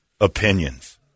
opinions